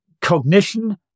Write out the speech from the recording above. cognition